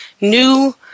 new